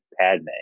Padme